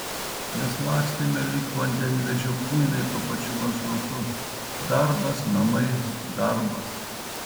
mes lakstėme lyg vandenvežio kuinai tuo pačiu maršrutu darbas namai darbas